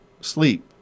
sleep